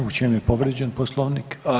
U čemu je povrijeđen Poslovnik?